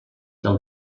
del